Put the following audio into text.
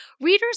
Readers